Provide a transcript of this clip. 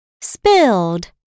Spilled